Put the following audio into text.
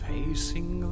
Pacing